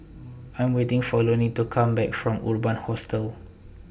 I Am waiting For Lonie to Come Back from Urban Hostel